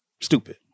stupid